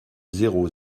zéro